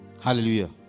Hallelujah